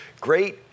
great